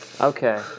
Okay